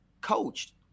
coached